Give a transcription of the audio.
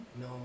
No